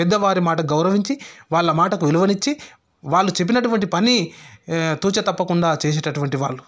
పెద్దవారి మాట గౌరవించి వాళ్ళ మాటకు విలువనిచ్చి వాళ్ళు చెప్పినటువంటి పని తూచా తప్పకుండా చేసేటటువంటి వాళ్ళు